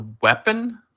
weapon